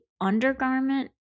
undergarment